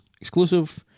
exclusive